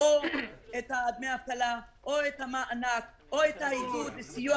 או את דמי האבטלה או את המענק או העידוד לסיוע